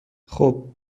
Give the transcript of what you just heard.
خوب